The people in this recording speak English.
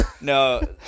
No